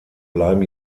bleiben